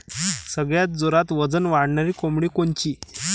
सगळ्यात जोरात वजन वाढणारी कोंबडी कोनची?